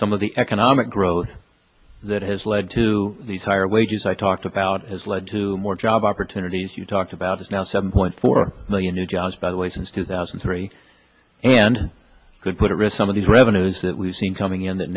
some of the economic growth that has led to these higher wages i talked about as lead to more job opportunities you talked about is now seven point four million new jobs by the way since two thousand and three and could put at risk some of these revenues that we've seen coming in that